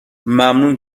ممنون